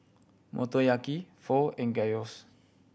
Motoyaki Pho and Gyros